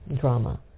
drama